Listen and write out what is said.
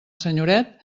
senyoret